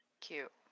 Cute